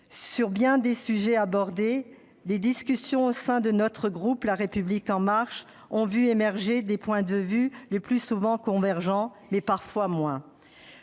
sur bien des sujets abordés, les discussions au sein de notre groupe La République En Marche ont vu émerger des points de vue le plus souvent convergents, mais pas toujours.